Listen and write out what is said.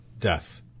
death